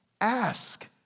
Ask